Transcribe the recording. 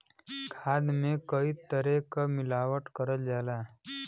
खाद में कई तरे क मिलावट करल जाला